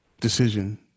decision